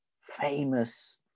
famous